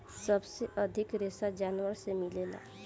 सबसे अधिक रेशा जानवर से मिलेला